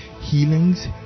healings